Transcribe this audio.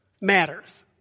matters